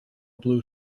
blue